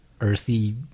earthy